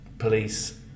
police